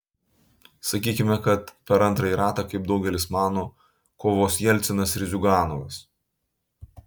sakykime kad per antrąjį ratą kaip daugelis mano kovos jelcinas ir ziuganovas